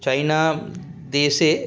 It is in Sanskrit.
चैना देशे